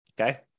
Okay